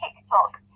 TikTok